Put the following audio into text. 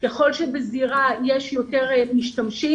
ככל שבזירה יש יותר משתמשים,